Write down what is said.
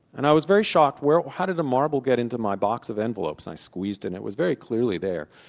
and i was very shocked. well, how did a marble get into my box of envelopes? i squeezed and it was very clearly there.